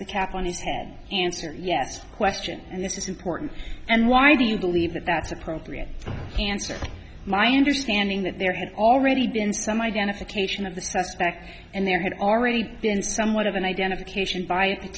the cap on his head answer yes question and this is important and why do you believe that that's appropriate cancer my understanding that there had already been some identification of the suspect and there had already been somewhat of an identification by